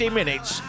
minutes